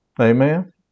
Amen